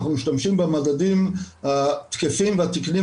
אנחנו משתמשים במדדים התקפים והתקניים